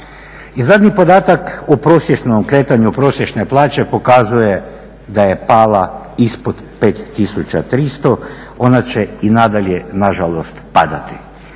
I zadnji podatak u prosječnom kretanju prosječne plaće pokazuje da je pala ispod 5300, ona će i nadalje nažalost padati.